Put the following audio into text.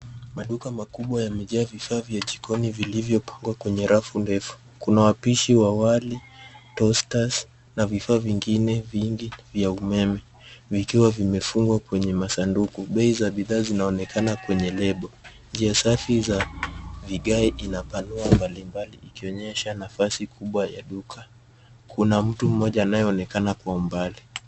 Maduka makubwa yamejaa vifaa vya jikoni vilivyopangwa kwenye rafu ndefu. Kuna wapishi wa wali, tosta na vifaa vingine vingi vya umeme, vikiwa vimefungwa kwenye masanduku. Bei za bidhaa zinaonekana kwenye lebo. Njia safi za vigae inapanua mbali mbali ikionyesha nafasi kubwa ya duka. Kuna mtu mmoja anayeonekana kwa mbali.